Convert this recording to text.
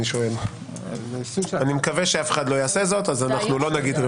אני מקווה שאף אחד לא יעשה זאת אז אנחנו לא נגיד.